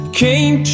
came